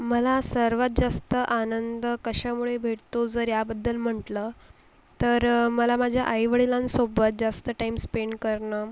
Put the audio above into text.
मला सर्वात जास्त आनंद कशामुळे भेटतो जर याबद्दल म्हंटलं तर मला माझ्या आईवडिलांसोबत जास्त टाईम स्पेंट करणं